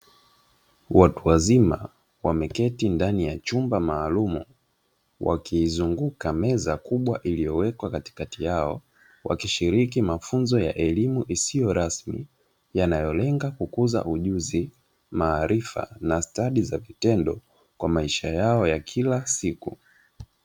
Watu wazima wameketi ndani ya chumba maalumu wakiizunguka meza kubwa iliyowekwa katikati yao, wakishiriki mafunzo ya elimu isiyo rasmi yanayolenga kukuza ujuzi, maarifa na stadi za vitendo kwa maisha yao ya kila siku.